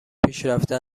پیشرفته